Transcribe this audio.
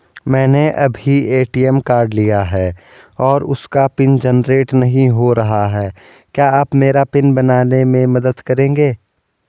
मैंने अभी ATM card लिया है और उसका पिन जेनरेट नहीं हो रहा है क्या आप मेरा पिन बनाने में मदद करेंगे?